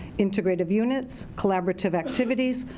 integrative units, collaborative activities,